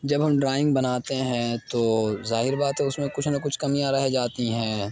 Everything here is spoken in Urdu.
جب ہم ڈرائنگ بناتے ہیں تو ظاہر بات ہے اُس میں كچھ نہ كچھ كمیاں رہ جاتی ہیں